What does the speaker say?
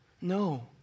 No